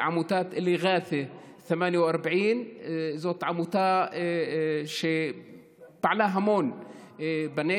את עמותת אליע'אתה 48. זאת עמותה שפעלה המון בנגב.